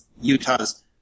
Utah's